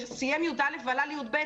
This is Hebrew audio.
שסיים י"א ועלה לי"ב,